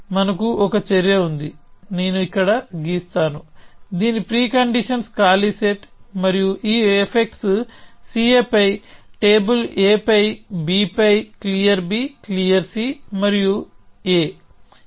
మనకు ఒక చర్య ఉంది నేను ఇక్కడ గీస్తాను దీని ప్రీ కండీషన్స్ ఖాళీ సెట్ మరియు ఈ ఎఫెక్ట్స్ CA పై టేబుల్ A పైB పై క్లియర్ క్లియర్ మరియు A